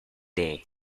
day